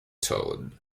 toad